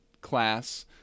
class